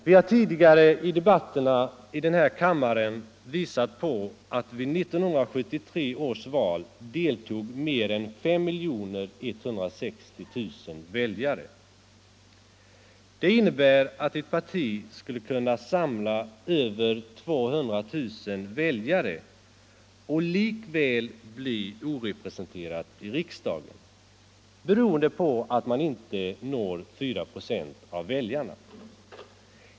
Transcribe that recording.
Vi har tidigare i debatterna i den här kammaren visat på att vid 1973 års val deltog mer än 5 160 000 väljare. Det innebär att ett parti skulle kunna samla över 200 000 väljare och likväl bli orepresenterat i riksdagen, beroende på att man inte når 4 96 av väljarna.